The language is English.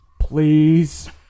please